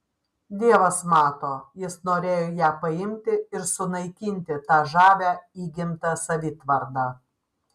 dievas mato jis norėjo ją paimti ir sunaikinti tą žavią įgimtą savitvardą